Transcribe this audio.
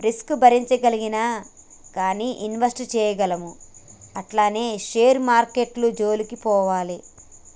risk భరించగలిగినా గానీ invest చేయగలము అంటేనే షేర్ మార్కెట్టు జోలికి పోవాలి